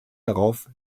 darauf